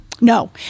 No